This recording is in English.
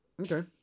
okay